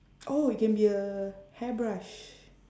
oh it can be a hairbrush